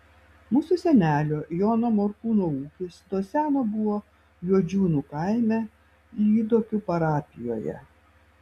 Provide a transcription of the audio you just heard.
mūsų senelio jono morkūno ūkis nuo seno buvo juodžiūnų kaime lyduokių parapijoje